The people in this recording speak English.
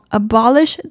abolish